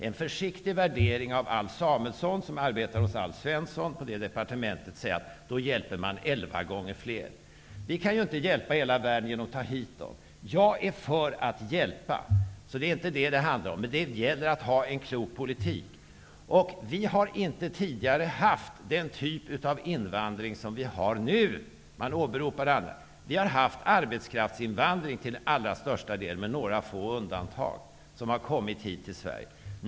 En försiktig värdering av Alf Samuelsson, som arbetar hos Alf Svensson på departementet, säger att man då hjälper elva gånger fler. Vi kan inte hjälpa hela världen genom att ta hit dem. Jag är för att hjälpa, men det gäller att ha en klok politik. Vi har tidigare inte haft den typ av invandring som vi har nu. Vi har till största delen haft arbetskraftsinvandring, med några få undantag, hit till Sverige.